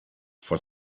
for